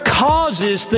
causes